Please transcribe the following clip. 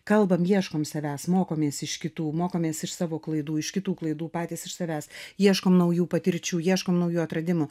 kalbam ieškom savęs mokomės iš kitų mokomės iš savo klaidų iš kitų klaidų patys iš savęs ieškom naujų patirčių ieškom naujų atradimų